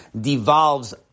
devolves